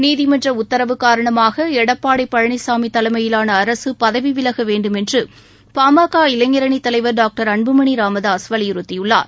நீதிமன்ற உத்தரவு காரணமாக எடப்பாடி பழனிசாமி தலைமையிலான அரசு பதவி விலக வேண்டுமென்று பாமக இளைஞரணி தலைவர் டாக்டர் அன்புமணி ராமதாஸ் வலியுறுத்தியுள்ளார்